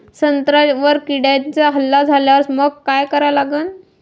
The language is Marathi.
संत्र्यावर किड्यांचा हल्ला झाल्यावर मंग काय करा लागन?